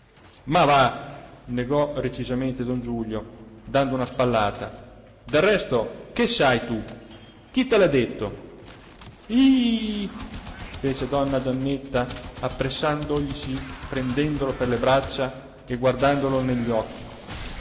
ma va negò recisamente don giulio dando una spallata del resto che sai tu chi te l'ha detto ih fece donna giannetta appressandoglisi prendendolo per le braccia e guardandolo negli occhi